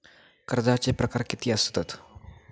कर्जाचे प्रकार कीती असतत?